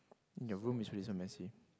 your room is really so messy